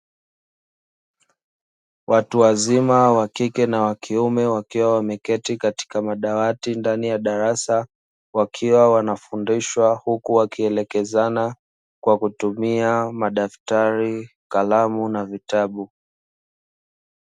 Watu wazima wa kike na wa kiume wakiwa wameketi katika madawati ndani ya darasa wakiwa wanafundishwa huku wakielekezana kwa kutumia madaktari kalamu na vitabu.